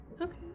Okay